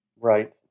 Right